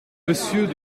monsieur